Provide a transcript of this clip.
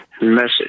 Message